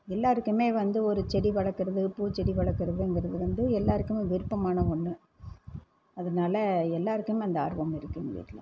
எல்லாேருக்குமே வந்து ஒரு செடி வளர்க்குறது பூச்செடி வளர்க்குறதுங்குறது வந்து எல்லாேருக்குமே விருப்பமான ஒன்று அதனால் எல்லாேருக்குமே அந்த ஆர்வம் இருக்குது எங்கள் வீட்டில்